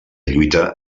lluita